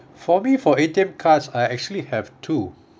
for me for A_T_M cards I actually have two